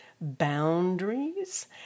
boundaries